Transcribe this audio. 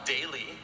daily